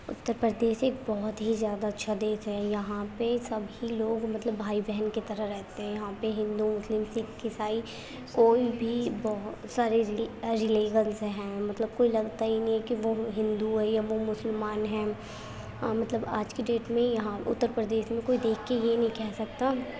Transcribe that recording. اتّر پردیش ایک بہت ہی زیادہ اچھا دیش ہے یہاں پہ سبھی لوگ مطلب بھائی بہن کے طرح رہتے ہیں یہاں پہ ہندو مسلم سکھ عیسائی کوئی بھی بہت سارے رلے رلیجنس ہیں مطلب کوئی لگتا ہی نہیں کہ وہ ہندو ہے یا وہ مسلمان ہیں مطلب آج کے ڈیٹ میں یہاں اتّر پردیش میں کوئی دیکھ کے یہ نہیں کہہ سکتا